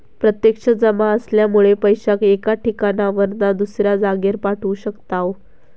प्रत्यक्ष जमा असल्यामुळे पैशाक एका ठिकाणावरना दुसऱ्या जागेर पाठवू शकताव